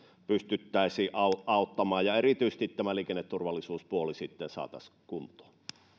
pystyttäisiin auttamaan ja erityisesti tämä liikenneturvallisuuspuoli saataisiin kuntoon